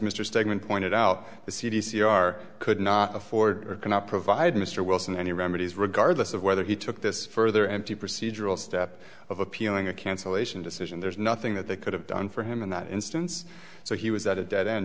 mr steadman pointed out the c d c are could not afford or cannot provide mr wilson any remedies regardless of whether he took this further anti procedural step of appealing a cancellation decision there's nothing that they could have done for him in that instance so he was at a dead end